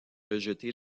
rejeté